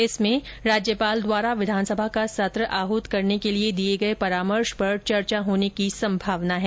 इसमें राज्यपाल द्वारा विधानसभा का संत्र आहत करने के लिए दिए गए परामर्श पर चर्चा होने की संभावना है